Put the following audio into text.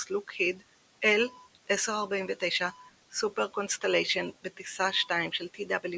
לוקהיד L-1049 סופר קונסטליישן בטיסה 2 של TWA